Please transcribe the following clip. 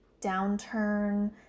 downturn